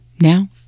Now